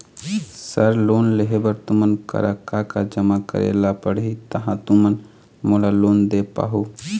Sir loan लेहे बर तुमन करा का का जमा करें ला पड़ही तहाँ तुमन मोला लोन दे पाहुं?